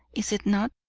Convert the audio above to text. is it not?